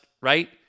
right